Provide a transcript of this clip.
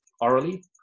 orally